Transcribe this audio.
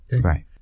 Right